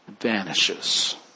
vanishes